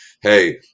Hey